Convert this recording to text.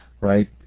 right